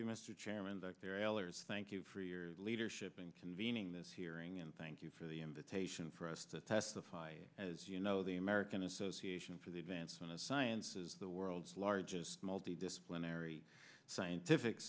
chairman thank you for your leadership in convening this hearing and thank you for the invitation for us to testify as you know the american association for the advancement of science is the world's largest multi disciplinary scientific